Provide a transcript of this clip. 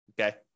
Okay